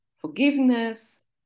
forgiveness